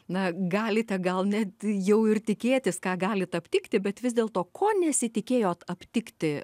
na galite gal net jau ir tikėtis ką galit aptikti bet vis dėlto ko nesitikėjot aptikti